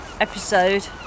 episode